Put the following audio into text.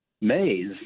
Mays